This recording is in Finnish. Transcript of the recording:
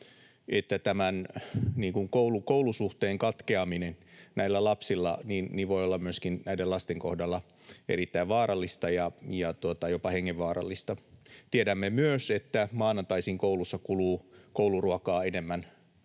että koulusuhteen katkeaminen voi myöskin olla näiden lasten kohdalla erittäin vaarallista ja jopa hengenvaarallista. Tiedämme myös, että maanantaisin koulussa kuluu kouluruokaa noin